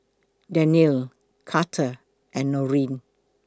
Dannielle Carter and Norene